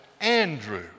Andrew